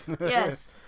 Yes